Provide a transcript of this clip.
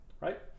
Right